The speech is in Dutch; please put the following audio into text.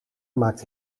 maakt